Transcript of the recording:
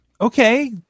Okay